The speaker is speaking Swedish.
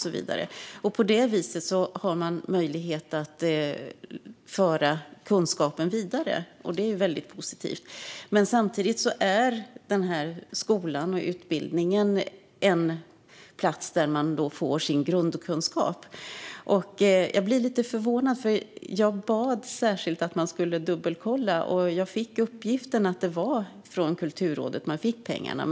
På detta vis för de kunskapen vidare, vilket är positivt. Samtidigt är Riksglasskolan den utbildningsplats där man får sin grundkunskap. Jag blir lite förvånad eftersom jag särskilt bad att uppgiften om att man fick pengarna från Kulturrådet skulle dubbelkollas.